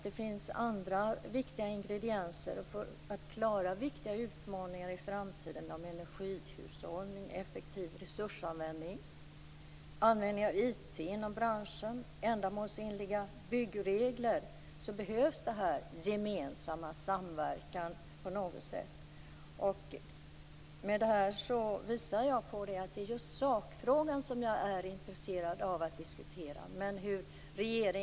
Det finns andra viktiga ingredienser, t.ex. att klara viktiga utmaningar i framtiden som energihushållning, effektiv resursanvändning, användning av IT inom branschen, ändamålsenliga byggregler. För detta behövs en gemensam samverkan. Jag är intresserad av att diskutera sakfrågan.